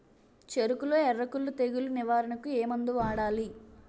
చెఱకులో ఎర్రకుళ్ళు తెగులు నివారణకు ఏ మందు వాడాలి?